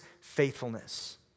faithfulness